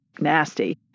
nasty